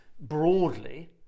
broadly